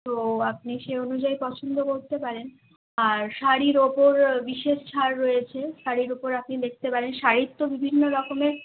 তো আপনি সেই অনুযায়ী পছন্দ করতে পারেন আর শাড়ির উপর বিশেষ ছাড় রয়েছে শাড়ির উপর আপনি দেখতে পারেন শাড়ির তো বিভিন্ন রকমের